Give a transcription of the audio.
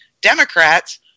Democrats